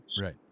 Right